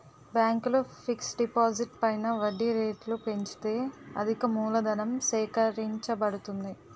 బ్యాంకులు ఫిక్స్ డిపాజిట్లు పైన వడ్డీ రేట్లు పెంచితే అధికమూలధనం సేకరించబడుతుంది